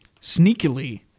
Sneakily